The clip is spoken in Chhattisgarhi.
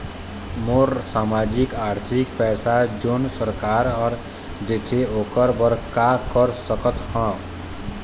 मोला सामाजिक आरथिक पैसा जोन सरकार हर देथे ओकर बर का कर सकत हो?